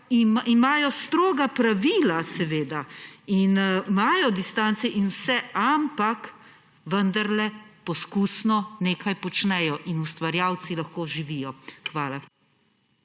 imajo stroga pravila seveda in imajo distance in vse, ampak vendarle poskusno nekaj počnejo in ustvarjalci lahko živijo. Hvala.